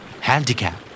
Handicap